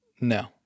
No